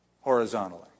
Horizontally